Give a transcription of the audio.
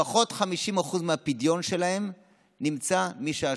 לפחות 50% מהפדיון שלהם נמצא משעה